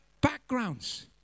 backgrounds